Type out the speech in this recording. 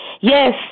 Yes